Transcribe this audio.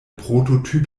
prototyp